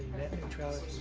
net neutrality